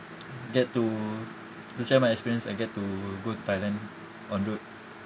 get to to share my experience and get to go to Thailand on road